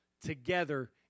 together